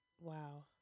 Wow